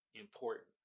important